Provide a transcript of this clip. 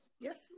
Yes